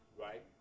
Right